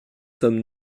sommes